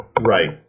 Right